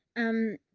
um,